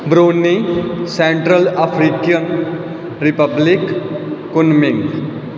Brunei Central African Republic economic